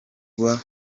kuba